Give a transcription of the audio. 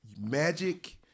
magic